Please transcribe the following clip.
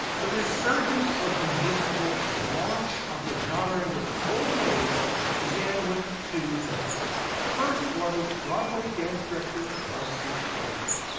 the resurgence of the musical and launch of the genre into a golden age began with two men first was broadway dance director busby berkeley.